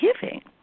giving